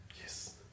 Yes